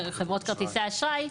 חברות כרטיסי אשראי,